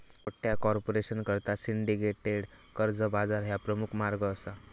मोठ्या कॉर्पोरेशनकरता सिंडिकेटेड कर्जा बाजार ह्या प्रमुख मार्ग असा